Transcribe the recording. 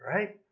Right